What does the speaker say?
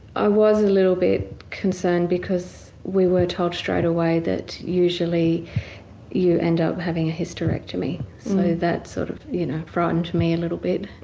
i was a little bit concerned because we were told straight away that usually you end up having a hysterectomy so that sort of you know frightened me a little bit.